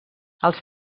els